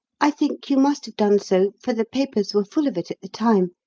i think you must have done so, for the papers were full of it at the time.